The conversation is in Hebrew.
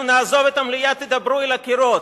אנחנו נעזוב את המליאה, תדברו אל הקירות.